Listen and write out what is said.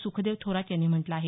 सुखदेव थोरात यांनी म्हटलं आहे